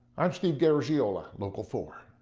i'm steve garagiola, local four.